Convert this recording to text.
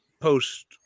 post